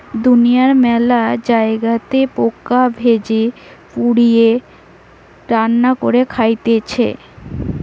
দুনিয়ার মেলা জায়গাতে পোকা ভেজে, পুড়িয়ে, রান্না করে খাইতেছে